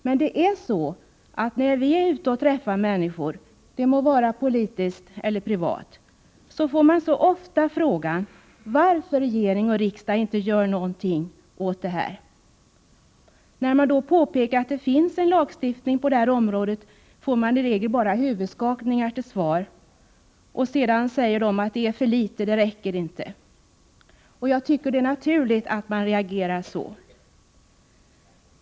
Men när man är ute och träffar människor — det må vara i politiska sammanhang eller privat — får man ofta frågan varför regering och riksdag inte gör någonting åt det här. När man då påpekar att det finns en lagstiftning på området reagerar folk i regel bara med en huvudskakning eller så säger de att detta är för litet, att det inte räcker med den lagstiftningen. Jag tycker att det är naturligt att folk reagerar så.